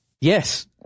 Yes